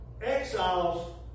exiles